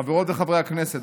חברות וחברי הכנסת,